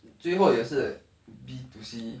最后也是 B two C